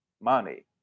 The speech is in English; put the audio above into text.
money